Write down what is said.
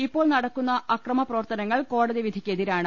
ഇപ്പോൾ നടക്കുന്ന അക്രമ പ്രവർത്തനങ്ങൾ കോടതി വിധിക്കെതിരാണ്